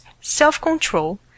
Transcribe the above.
self-control